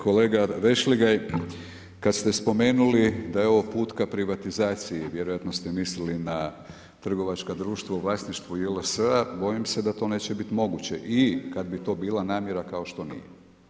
Kolega Vešligaj, kad ste spomenuli da je ovo put ka privatizaciji vjerojatno ste mislili na trgovačka društva u vlasništvu JLS-a bojim se da to neće biti moguće i kad bi to bila namjera kao što nije.